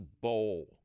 bowl